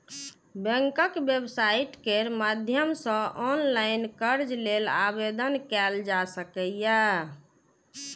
बैंकक वेबसाइट केर माध्यम सं ऑनलाइन कर्ज लेल आवेदन कैल जा सकैए